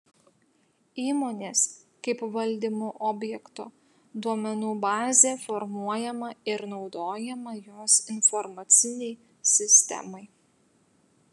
įmonės kaip valdymo objekto duomenų bazė formuojama ir naudojama jos informacinei sistemai